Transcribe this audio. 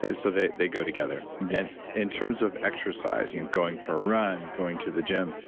and so, they they go together yes in terms of exercise, you know going for a run, going to the gym.